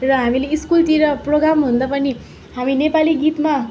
र हामीले स्कुलतिर प्रोग्राम हुँदा पनि हामी नेपाली गीतमा